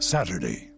Saturday